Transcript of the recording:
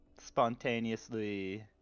spontaneously